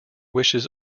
wishes